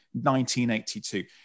1982